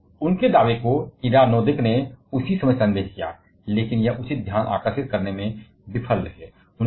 लेकिन उनके दावे को उसी समय खुद इडा नोदैक ने संदेह किया था लेकिन वह उचित ध्यान आकर्षित करने में विफल रहे